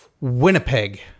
Winnipeg